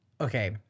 okay